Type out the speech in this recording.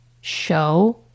show